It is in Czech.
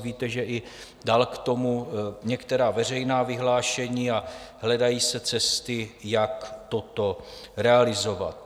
Víte, že i dal k tomu některá veřejná vyhlášení a hledají se cesty, jak toto realizovat.